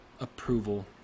approval